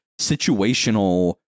situational